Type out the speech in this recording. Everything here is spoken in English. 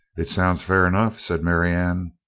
it sounds fair enough, said marianne.